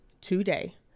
today